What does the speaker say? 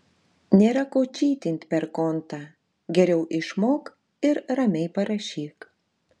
nėra ko čytint per kontą geriau išmok ir ramiai parašyk